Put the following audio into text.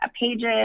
pages